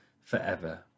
forever